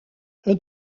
een